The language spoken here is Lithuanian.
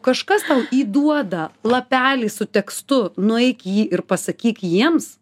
kažkas įduoda lapelį su tekstu nueik jį ir pasakyk jiems